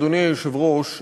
אדוני היושב-ראש,